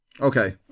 Okay